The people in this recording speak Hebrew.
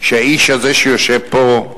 שהאיש הזה, שיושב פה,